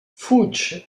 fuig